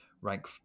rank